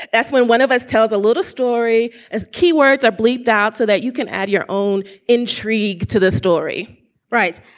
that's when one of us tells a little story as keywords are bleeped out so that you can add your own intrigue to the story right.